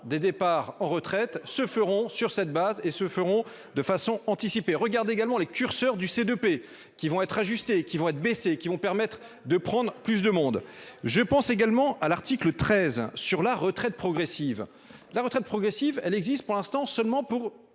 des départs en retraite se feront sur cette base et se feront de façon anticipée regarde également les curseurs du CDP qui vont être ajustés qui vont être baissés, qui vont permettre de prendre plus de monde. Je pense également à l'article 13 sur la retraite progressive. La retraite progressive, elle existe pour l'instant seulement pour